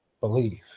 believe